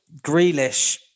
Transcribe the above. Grealish